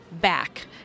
back